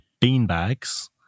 beanbags